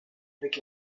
avec